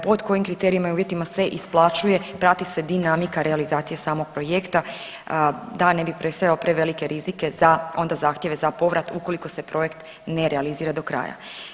Pod kojim kriterijima i uvjetima se isplaćuje, prati se dinamika realizacije samog projekta da ne bi predstavljao prevelike rizike za onda zahtjeve za povrat ukoliko se projekt ne realizira do kraja.